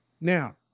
Now